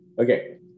Okay